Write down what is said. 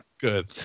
Good